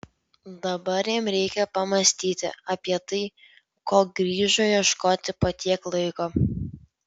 dabar jam reikia pamąstyti apie tai ko grįžo ieškoti po tiek laiko